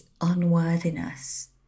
unworthiness